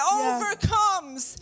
overcomes